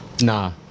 Nah